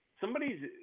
Somebody's